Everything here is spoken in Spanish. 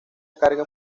carga